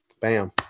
Bam